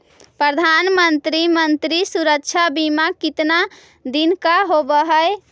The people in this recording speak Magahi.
प्रधानमंत्री मंत्री सुरक्षा बिमा कितना दिन का होबय है?